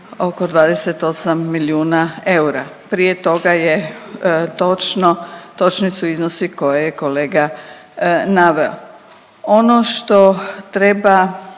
oko 28 milijuna eura. Prije toga je točno, točni su iznosi koje je kolega naveo. Ono što treba